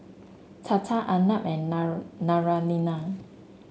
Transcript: Tata Arnab and Naraina